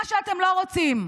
מה שאתם לא רוצים.